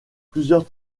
plusieurs